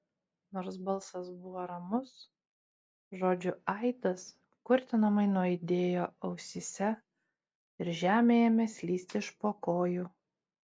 nors balsas buvo ramus žodžių aidas kurtinamai nuaidėjo ausyse ir žemė ėmė slysti iš po kojų